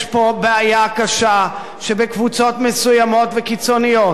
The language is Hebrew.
יש פה בעיה קשה שבקבוצות מסוימות וקיצוניות